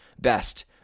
best